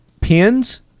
Pins